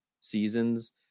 seasons